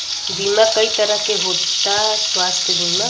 बीमा कई तरह के होता स्वास्थ्य बीमा?